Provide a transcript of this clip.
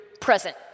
present